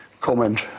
comment